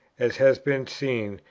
as has been seen,